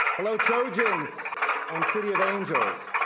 ah trojans and city of angels.